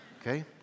Okay